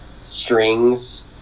strings